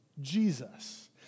Jesus